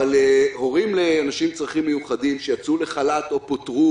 אבל הורים לאנשים עם צרכים מיוחדים שיצאו לחל"ת או פוטרו